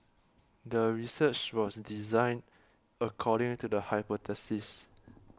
the research was designed according to the hypothesis